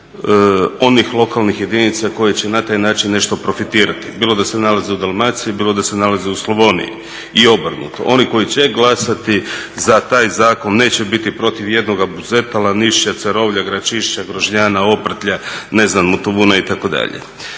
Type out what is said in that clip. onih lokalnih jedinica koje će na taj način nešto profitirati bilo da se nalaze u Dalmaciji, bilo da se nalaze u Slavoniji i obrnuto. Oni koji će glasati za taj zakon neće biti protiv jednoga Buzeta, Lanišća, Cerovlja, Gračišća, Grožnjana, Oprtlja, ne znam Motovuna itd.